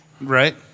Right